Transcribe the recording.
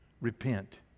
Repent